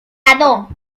pecador